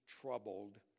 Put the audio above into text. troubled